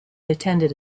attended